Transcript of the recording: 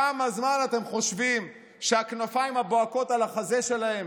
כמה זמן אתם חושבים שהכנפיים הבוהקות על החזה שלהם